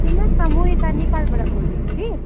सुन्नुहोस् म यता नेपालबाट बोल्दैछु कि